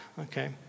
okay